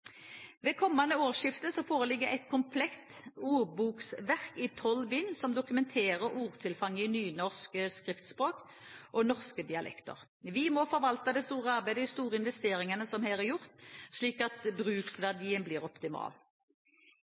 Ved kommende årsskifte foreligger et komplett ordboksverk i tolv bind, som dokumenterer ordtilfanget i nynorsk skriftspråk og norske dialekter. Vi må forvalte det store arbeidet og de store investeringene som her er gjort, slik at bruksverdien blir optimal.